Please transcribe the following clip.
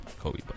Kobe